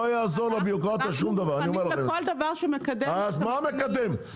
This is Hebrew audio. לא יעזור לבירוקרטיה שום דבר, אני אומר לכם.